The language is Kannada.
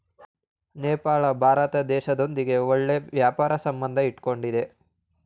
ನೇಪಾಳ ಭಾರತ ದೇಶದೊಂದಿಗೆ ಒಳ್ಳೆ ವ್ಯಾಪಾರ ಸಂಬಂಧ ಇಟ್ಕೊಂಡಿದ್ದೆ